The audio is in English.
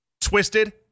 twisted